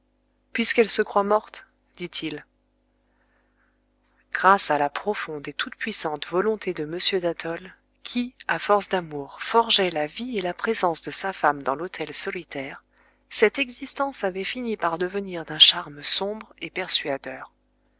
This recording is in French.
puisqu'elle se croit morte dit-il grâce à la profonde et toute-puissante volonté de m d'athol qui à force d'amour forgeait la vie et la présence de sa femme dans l'hôtel solitaire cette existence avait fini par devenir d'un charme sombre et persuadeur